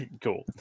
Cool